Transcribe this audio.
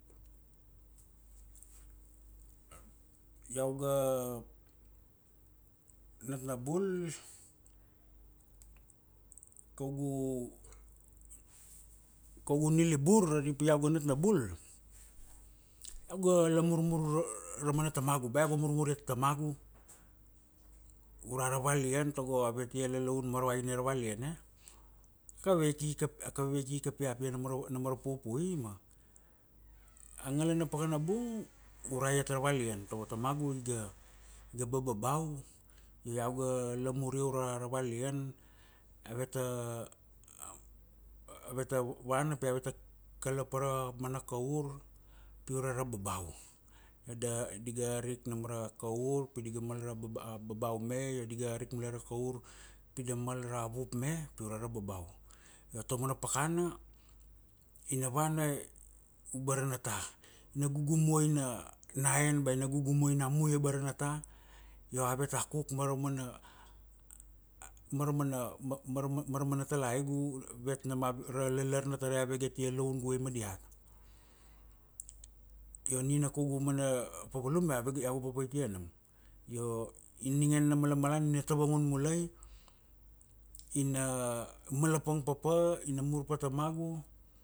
Iau ga nat na bul, kaugu nilibur ari pi iau ga nat na bul, iau ga ala murmur ra mana tamagu, ba iau ga murmur iat tamagu, ura ravalian, tago ave tia lalaun maravai ania ravalian eh, kaveve ikika piapia na maro, na maro ra pupui ma a ngala na pakana bung ura iat ravalian, tago tamagu iga, iga babau, iau ga ala mur ia ura ravalian, ave ta vana pi ave ta kala pa ra mana kaur pi ure ra babau. Io da, di ga arik nam ra kaur pi di ga mal ra babau, a babau me, io di ga arik mule ra kaur pi da mal ra vup me pi ure ra babau. Io ta mana pakana ina vana u bara nata, ina gugu muai na, na en ba ina gugu muai na mui abara nata, io ave ta cook ma ra mana mara mana ma ra mana talaigu ra lalar na tarai ave ga tia laun guvai ma diat. Io nina kaugu mana papalum ave ga, iau ga papaitia nam. Io ningene na malana ina tavangun mulai, ina malapang papa ina mur pa tamagu